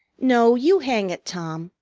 no, you hang it, tom.